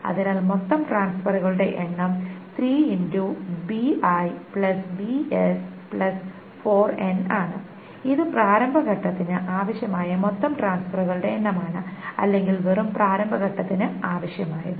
അതിനാൽ മൊത്തം ട്രാൻസ്ഫെറുകളുടെ എണ്ണം 3brbs4n ആണ് ഇത് പ്രാരംഭ ഘട്ടത്തിന് ആവശ്യമായ മൊത്തം ട്രാൻസ്ഫെറുകളുടെ എണ്ണമാണ് അല്ലെങ്കിൽ വെറും പ്രാരംഭ ഘട്ടത്തിന് ആവശ്യമായത്